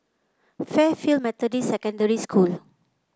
Fairfield Methodist Secondary School